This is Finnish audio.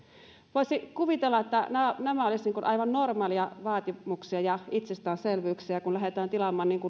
voisi kuvitella että nämä nämä olisivat aivan normaaleja vaatimuksia ja itsestäänselvyyksiä kun lähdetään tilaamaan